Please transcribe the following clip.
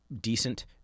decent